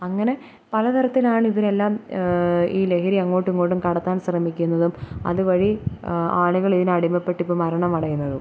അങ്ങനെ പലതരത്തിലാണിവരെല്ലാം ഈ ലഹരി അങ്ങോട്ടും ഇങ്ങോട്ടും കടത്താൻ ശ്രമിക്കുന്നതും അതുവഴി ആളുകൾ ഇതിന് അടിമപ്പെട്ട് ഇപ്പോൾ മരണമടയുന്നതും